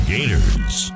Gators